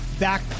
Back